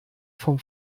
vom